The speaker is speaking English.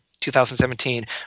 2017